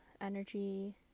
energy